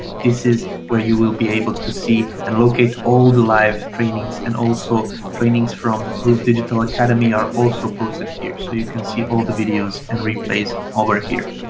this is where you will be able to see and locate all the live trainings and also trainings from the groove digital academy are also posted here. so you can see all the videos and replays over here.